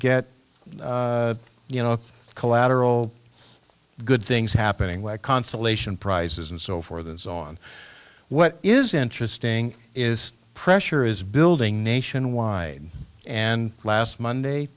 get you know collateral good things happening with consolation prizes and so for those on what is interesting is pressure is building nationwide and last monday